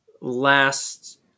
last